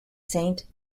saint